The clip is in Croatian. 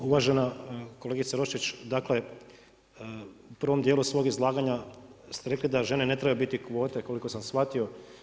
Uvažena kolegice Roščić, dakle u prvom dijelu svog izlaganja ste rekli da žene ne trebaju biti kvote, koliko sam shvatio.